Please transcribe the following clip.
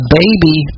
baby